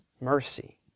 mercy